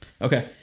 Okay